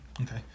Okay